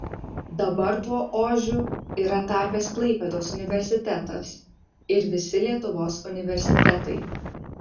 dabar tuo ožiu yra tapęs klaipėdos universitetas ir visi lietuvos universitetai